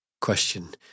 question